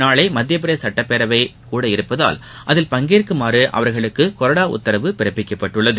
நாளை மத்தியப்பிரதேச சுட்டப்பேரவை கூட இருப்பதால் அதில் பங்கேற்குமாறு அவர்களுக்கு கொறடா உத்தரவு பிறப்பிக்கப்பட்டுள்ளது